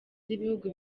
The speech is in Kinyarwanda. z’ibihugu